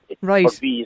right